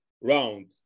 round